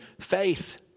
faith